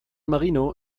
marino